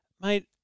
mate